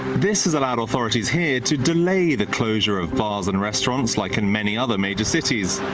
this has allowed authorities here to delay the closure of bars and restaurants like in many other major cities.